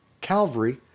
Calvary